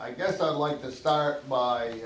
i guess i'd like to start by